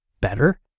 better